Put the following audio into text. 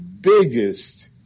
biggest